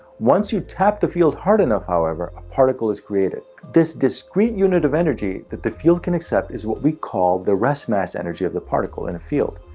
once you tap the field hard enough however, a particle is created. this discrete unit of energy that the field can accept, is what we call the rest mass energy of the particle. in a field,